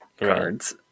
cards